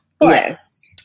Yes